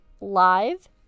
live